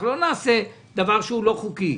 אנחנו לא נעשה דבר לא חוקי,